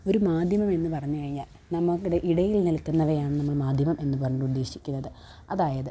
ഒരു മാധ്യമമെന്നു പറഞ്ഞു കഴിഞ്ഞാല് നമുക്കടെ ഇടയില് നില്ക്കുന്നവയാണ് നമ്മള് മാധ്യമം എന്ന് പറഞ്ഞു ഉദ്ദേശിക്കുന്നത് അതായത്